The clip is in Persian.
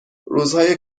روزهای